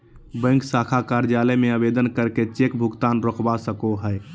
bank शाखा कार्यालय में आवेदन करके चेक भुगतान रोकवा सको हय